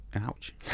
Ouch